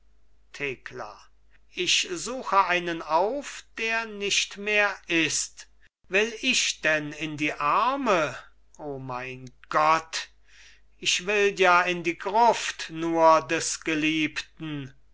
thekla ich suche einen auf der nicht mehr ist will ich denn in die arme o mein gott ich will ja in die gruft nur des geliebten